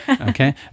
Okay